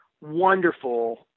wonderful